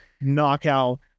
knockout